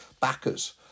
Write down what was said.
backers